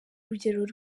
urugero